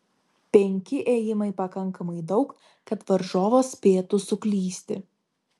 penki ėjimai pakankamai daug kad varžovas spėtų suklysti